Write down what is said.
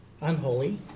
unholy